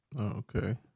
okay